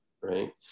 Right